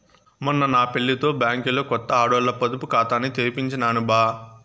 మొన్న నా పెళ్లితో బ్యాంకిలో కొత్త ఆడోల్ల పొదుపు కాతాని తెరిపించినాను బా